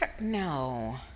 no